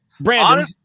Brandon